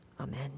Amen